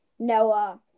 Noah